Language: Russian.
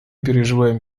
переживаем